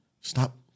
stop